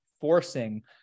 forcing